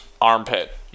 armpit